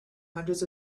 hundreds